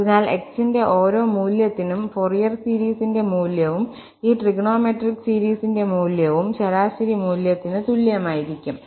അതിനാൽ x ന്റെ ഓരോ മൂല്യത്തിനും ഫോറിയർ സീരീസിന്റെ മൂല്യവും ഈ ട്രിഗണോമെട്രിക് സീരീസിന്റെ മൂല്യവും ശരാശരി മൂല്യത്തിന് തുല്യമായിരിക്കും